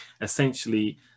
Essentially